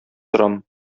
торам